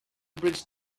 bridge